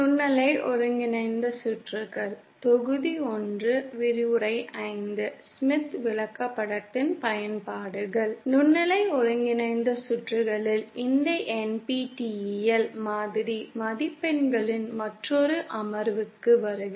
நுண்ணலை ஒருங்கிணைந்த சுற்றுகளில் இந்த NPTEL மாதிரி மதிப்பெண்களின் மற்றொரு அமர்வுக்கு வருக